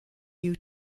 yew